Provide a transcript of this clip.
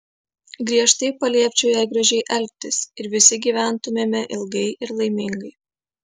griežtai paliepčiau jai gražiai elgtis ir visi gyventumėme ilgai ir laimingai